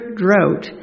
drought